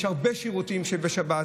יש הרבה שירותים שהם בשבת,